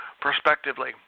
prospectively